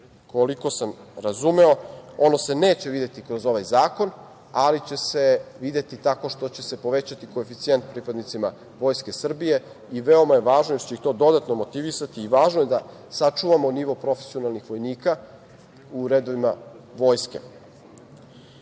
koliko sam razumeo, ono se neće videti kroz ovaj zakon, ali će se videti tako što će se povećati koeficijent pripadnicima Vojske Srbije i veoma je važno, jer će ih to dodatno motivisati, da sačuvamo nivo profesionalnih vojnika u redovima